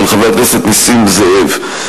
של חבר הכנסת נסים זאב.